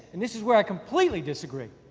and this is where i completely disagree.